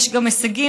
ויש גם הישגים,